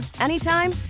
anytime